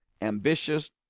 ambitious